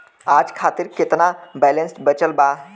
आज खातिर केतना बैलैंस बचल बा?